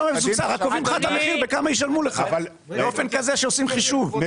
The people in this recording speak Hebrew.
קובעים לך את המחיר בכמה ישלמו לך באופן כזה שעושים חישוב.